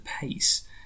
pace